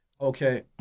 okay